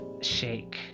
shake